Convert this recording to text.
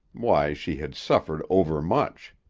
why, she had suffered overmuch.